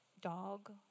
dog